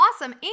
awesome